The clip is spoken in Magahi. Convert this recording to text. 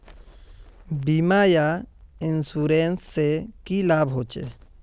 बीमा या इंश्योरेंस से की लाभ होचे?